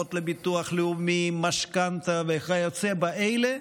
חובות לביטוח לאומי, משכנתה וכיוצא באלה,